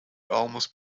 almost